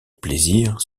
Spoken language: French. plaisir